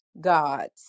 gods